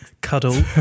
cuddle